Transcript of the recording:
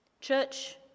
Church